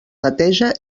neteja